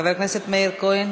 חבר הכנסת מאיר כהן.